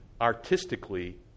artistically